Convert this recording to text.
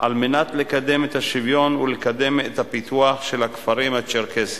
על מנת לקדם את השוויון ולקדם את הפיתוח של הכפרים הצ'רקסיים.